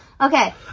Okay